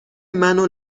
منو